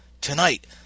tonight